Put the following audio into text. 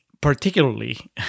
particularly